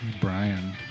Brian